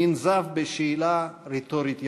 שננזף בשאלה רטורית ידועה: